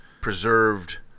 preserved